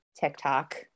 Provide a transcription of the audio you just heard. TikTok